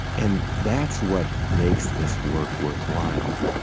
and that's what makes this work worthwhile.